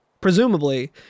presumably